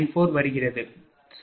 94 வருகிறது சரி